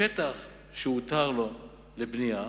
בשטח שהותר לו לבנייה,